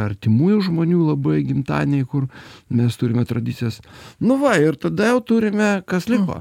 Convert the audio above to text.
artimųjų žmonių labai gimtadieniai kur mes turime tradicijas nu va ir tada jau turime kas liko